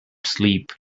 sleep